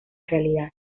realidad